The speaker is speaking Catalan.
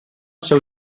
seu